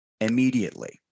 immediately